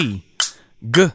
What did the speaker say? -g